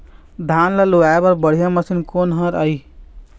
धान ला लुआय बर बढ़िया मशीन कोन हर आइ?